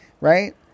right